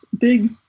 big